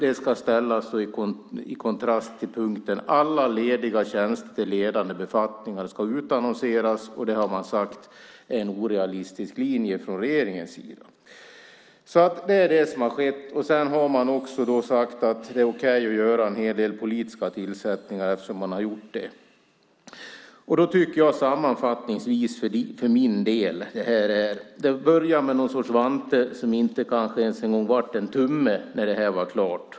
Det ska ställas i kontrast till punkten att alla lediga tjänster till ledande befattningar ska utannonseras, och det har man sagt är en orealistisk linje från regeringens sida. Det är alltså det som har skett. Sedan har man också sagt att det är okej att göra en hel del politiska tillsättningar, eftersom man har gjort det. Då tycker jag sammanfattningsvis för min del att detta började med någon sorts vante som kanske inte ens en gång blev en tumme när detta var klart.